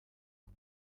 ngo